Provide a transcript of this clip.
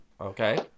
okay